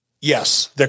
yes